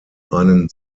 einen